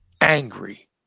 angry